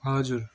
हजुर